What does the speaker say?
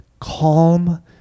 calm